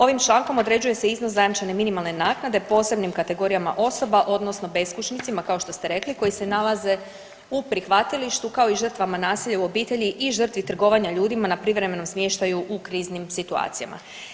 Ovim člankom određuje se iznos zajamčene minimalne naknade posebnim kategorijama osoba, odnosno beskućnicima kao što ste rekli koji se nalaze u prihvatilištu kao i žrtvama nasilja u obitelji i žrtvi trgovanja ljudima na privremenom smještaju u kriznim situacijama.